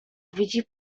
widzi